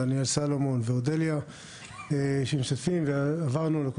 דניאל סלומון ואודליה ואנשים נוספים ועברנו על הכל.